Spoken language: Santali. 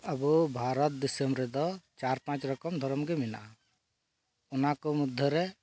ᱟᱵᱚ ᱵᱷᱟᱨᱚᱛ ᱫᱤᱥᱚᱢ ᱨᱮᱫᱚ ᱪᱟᱨ ᱯᱟᱸᱪ ᱨᱚᱠᱚᱢ ᱫᱷᱚᱨᱚᱢ ᱜᱮ ᱢᱮᱱᱟᱜᱼᱟ ᱚᱱᱟ ᱠᱚ ᱢᱚᱫᱽᱫᱷᱮ ᱨᱮ